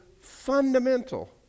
fundamental